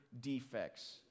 defects